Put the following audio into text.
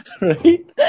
right